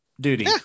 duty